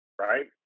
right